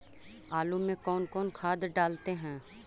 आलू में कौन कौन खाद डालते हैं?